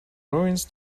ruins